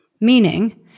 Meaning